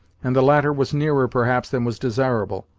and the latter was nearer, perhaps, than was desirable.